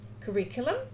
curriculum